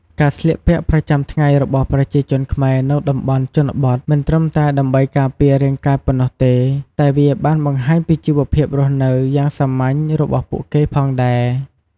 ការស្លៀកពាក់ប្រចាំថ្ងៃរបស់ប្រជាជនខ្មែរនៅតំបន់ជនបទមិនត្រឹមតែដើម្បីការពាររាងកាយប៉ុណ្ណោះទេ តែវាបានបង្ហាញពីជីវភាពរស់នៅយ៉ាងសាមញ្ញរបស់ពួកគេផងដែរ។